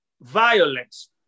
violence